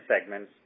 segments